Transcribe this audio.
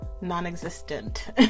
non-existent